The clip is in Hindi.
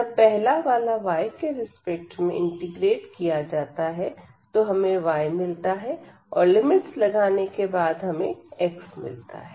जब पहला वाला yके रिस्पेक्ट में इंटीग्रेट किया जाता है तो हमें y मिलता है और लिमिट्स लगाने के बाद हमें x मिलता है